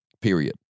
period